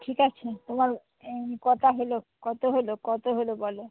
ঠিক আছে তোমার কটা হলো কত হলো কত হলো বলো